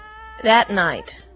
that night,